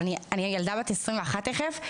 אבל אני ילדה בת 21 תכף,